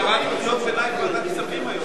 הוא גם קרא קריאות ביניים בוועדת הכספים היום.